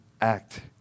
act